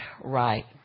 right